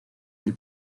del